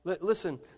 Listen